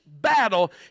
battle